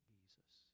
Jesus